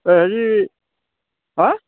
এই হেৰি হাঁ